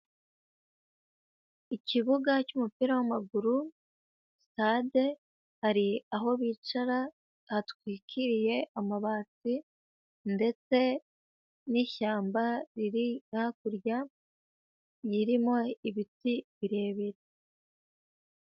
Ikibuga cy'umupira w'amaguru sitade, hari aho bicara hatwikiriye amabati ndetse n'ishyamba riri hakurya, ririmo ibiti birebire.